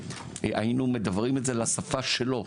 היינו מדברים את זה לשפה שלו,